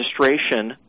registration